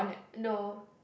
no